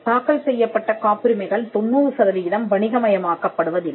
தாக்கல் செய்யப்பட்ட காப்புரிமைகள் 90 சதவிகிதம் வணிகமயமாக்கப் படுவதில்லை